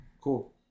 cool